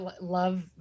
love